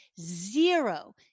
zero